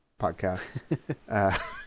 podcast